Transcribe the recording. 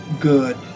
good